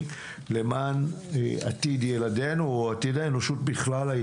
למען עתיד ילדנו ועתיד האנושות בכלל.